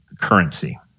currency